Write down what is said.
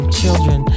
children